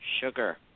sugar